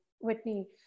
Whitney